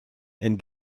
and